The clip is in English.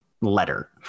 letter